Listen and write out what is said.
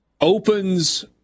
opens